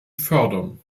fördern